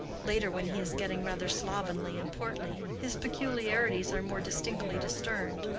later, when he is getting rather slovenly and portly, his peculiarities are more distinctly discerned,